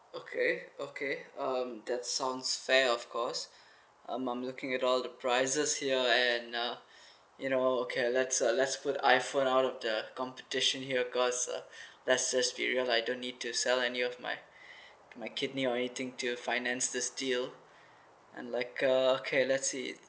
okay okay um that's sounds fair of course um I'm looking at all the prices here and uh you know okay let's uh let's put iphone out of the competition here cause uh that's just superior lah I don't need to sell any of my my kidney or anything to finance this deal and like uh okay let's see